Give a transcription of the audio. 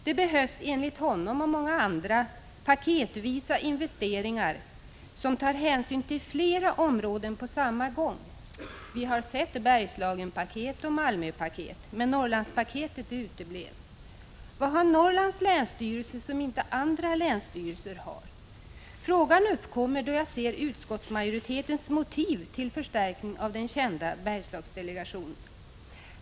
Det behövs, enligt honom och många andra, paketvisa investeringar, där det tas hänsyn till flera områden på samma gång. Vi har sett Bergslagenpaket och Malmöpaket, men Norrlandspaketet uteblev. Vad har Norrlands länsstyrelser som inte andra länsstyrelser har? Frågan uppkommer då jag ser utskottsmajoritetens motiv till förstärkning av den kända Bergslagsdelegationen.